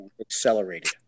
accelerated